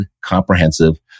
comprehensive